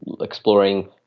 exploring